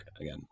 again